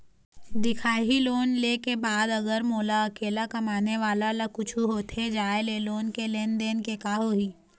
दिखाही लोन ले के बाद अगर मोला अकेला कमाने वाला ला कुछू होथे जाय ले लोन के लेनदेन के का होही?